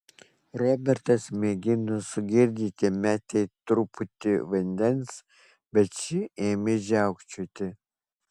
robertas mėgino sugirdyti metei truputį vandens bet ši ėmė žiaukčioti